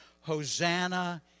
Hosanna